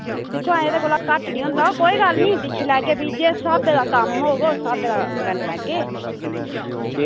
दिक्खो हां एह्दे कोला घट्ट नी होंदा कोई गल्ल नी दिक्खी लैगे फ्ही जिस स्हाबे दा कम्म होग उस स्हाबे दा कर लैगे